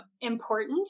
important